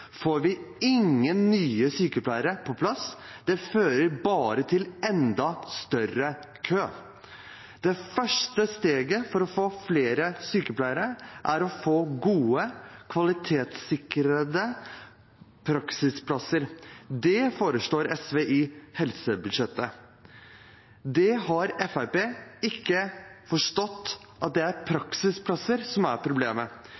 får vi ingen nye sykepleiere på plass, det fører bare til enda større kø. Det første steget for å få flere sykepleiere er å få gode, kvalitetssikrede praksisplasser. Det foreslår SV i helsebudsjettet. Det Fremskrittspartiet ikke har forstått, er at det er praksisplasser som er problemet.